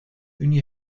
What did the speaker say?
unie